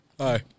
Hi